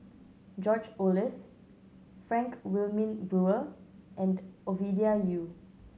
George Oehlers Frank Wilmin Brewer and Ovidia Yu